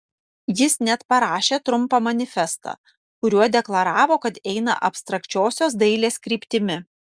jis net parašė trumpą manifestą kuriuo deklaravo kad eina abstrakčiosios dailės kryptimi